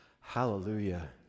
Hallelujah